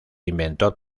inventor